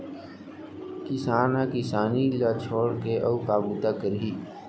किसान ह किसानी ल छोड़ के अउ का बूता करही